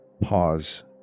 pause